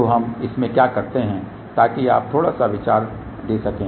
तो हम इसमें क्या करते हैं ताकि आप थोड़ा सा विचार दे सकें